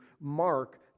Mark